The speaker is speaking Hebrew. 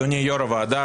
אדוני יושב-ראש הוועדה,